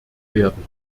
werden